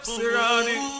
Surrounding